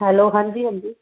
hello ਹਾਂਜੀ ਹਾਂਜੀ